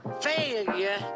failure